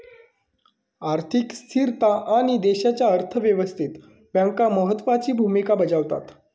आर्थिक स्थिरता आणि देशाच्या अर्थ व्यवस्थेत बँका महत्त्वाची भूमिका बजावतत